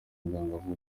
bwangavu